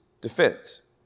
defense